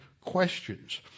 questions